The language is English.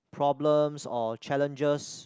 problems or challenges